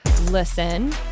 listen